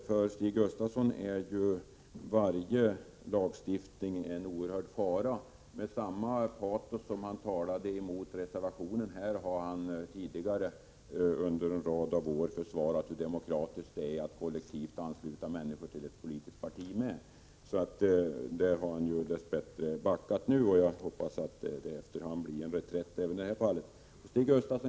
För Stig Gustafsson är varje lagstiftning en oerhörd fara. Med samma patos som han här talat mot reservationen försvarade han tidigare under en rad år ståndpunkten att det är demokratiskt att kollektivt ansluta människor till ett parti. På den punkten har han nu dess bättre backat. Jag hoppas att det efter hand blir en reträtt även i det här fallet. Stig Gustafsson!